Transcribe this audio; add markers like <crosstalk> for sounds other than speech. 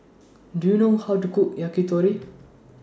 <noise> Do YOU know How to Cook Yakitori